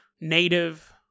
native